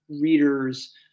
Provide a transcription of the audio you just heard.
readers